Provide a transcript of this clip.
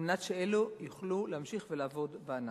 על מנת שאלו יוכלו להמשיך ולעבוד בענף.